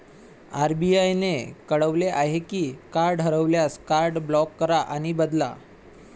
RBI ने कळवले आहे की कार्ड हरवल्यास, कार्ड ब्लॉक करा आणि बदला